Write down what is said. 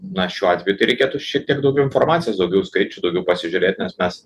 na šiuo atveju tai reikėtų šiek tiek daugiau informacijos daugiau skaičių daugiau pasižiūrėt nes mes